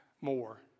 more